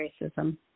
racism